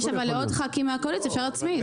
יש לעוד חברי כנסת מהקואליציה, ואפשר להצמיד.